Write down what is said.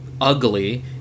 ugly